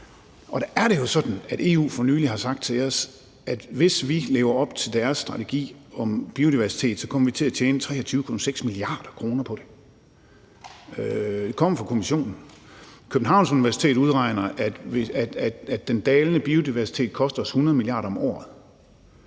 Der er det jo sådan, at EU for nylig har sagt til os, at vi, hvis vi lever op til deres strategi om biodiversitet, kommer til at tjene 23,6 mia. kr. på det. Det kommer fra Kommissionen, og Københavns Universitet har udregnet, at den dalende biodiversitet koster os 100 mia. kr. om året.